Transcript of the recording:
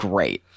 Great